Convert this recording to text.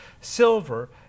silver